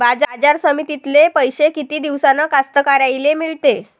बाजार समितीतले पैशे किती दिवसानं कास्तकाराइले मिळते?